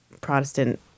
Protestant